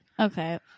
Okay